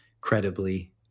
credibly